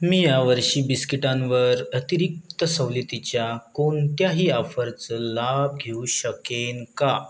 मी यावर्षी बिस्किटांवर अतिरिक्त सवलतीच्या कोणत्याही ऑफर्चं लाभ घेऊ शकेन का